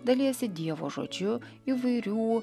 dalijasi dievo žodžiu įvairių